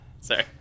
sorry